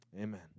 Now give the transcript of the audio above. Amen